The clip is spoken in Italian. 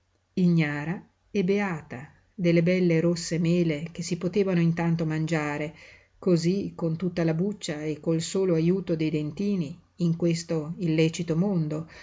ignara e beata de le belle rosse mele che si potevano intanto mangiare cosí con tutta la buccia e col solo ajuto dei dentini in questo illecito mondo